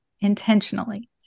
intentionally